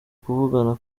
kuvugana